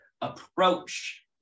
approach